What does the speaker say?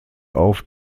auf